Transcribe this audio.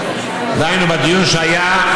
דהיינו בדיון שהיה,